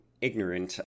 ignorant